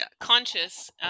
conscious